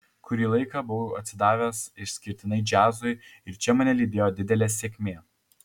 kurį laiką buvau atsidavęs išskirtinai džiazui ir čia mane lydėjo didelė sėkmė